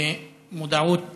מודעות